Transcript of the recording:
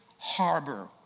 harbor